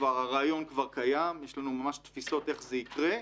הרעיון כבר קיים, יש לנו ממש תפיסות איך זה יקרה.